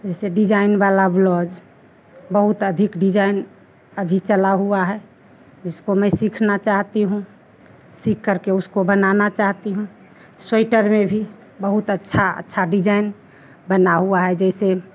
जैसे डिजाईन वाला ब्लोज बहुत अधिक डिजाईन अभी चला हुआ है जिसको मैं सीखना चाहती हूँ सीख करके उसको बनाना चाहती हूँ स्वेटर में भी बहुत अच्छा अच्छा डिजाईन बना हुआ है जैसे